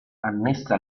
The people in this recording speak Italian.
annessa